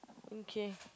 okay